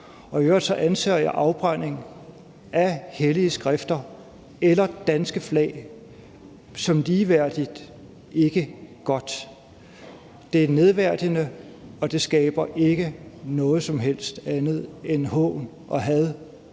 og i øvrigt anser jeg afbrændingen af hellige skrifter eller danske flag som ligeværdige, altså noget, der ikke er godt. Det er nedværdigende, og det skaber ikke noget som helst andet end hån og had